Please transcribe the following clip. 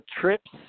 trips